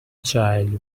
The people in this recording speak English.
child